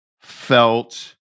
felt